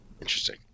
Interesting